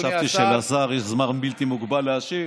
חשבתי שלשר יש זמן בלתי מוגבל להשיב.